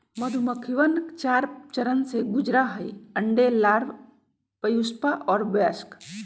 मधुमक्खिवन चार चरण से गुजरा हई अंडे, लार्वा, प्यूपा और वयस्क